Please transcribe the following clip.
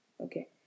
Okay